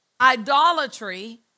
idolatry